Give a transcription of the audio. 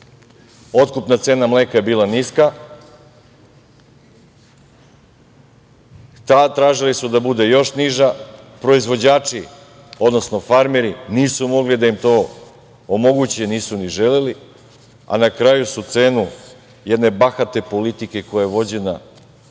Otkupna cena mleka je bila niska, tražili su da bude još niža, proizvođači, odnosno, farmeri, nisu mogli da im to omoguće, nisu ni želeli, a na kraju su cenu jedne bahate politike, koja je vođena